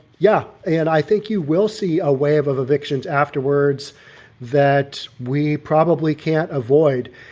yeah, and i think you will see a wave of evictions afterwards that we probably can't avoid.